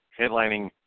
headlining